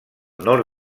nord